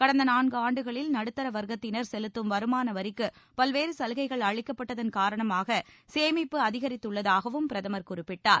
கடந்த நான்கு ஆண்டுகளில் நடுத்தர வர்க்கத்தினர் செலுத்தும் வருமான வரிக்கு பல்வேறு சலுகைகள் அளிக்கப்பட்டதன் காரணமாக சேமிப்பு அதிகரித்துள்ளதாகவும் பிரதமர் குறிப்பிட்டார்